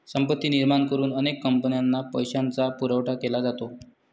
संपत्ती निर्माण करून अनेक कंपन्यांना पैशाचा पुरवठा केला जातो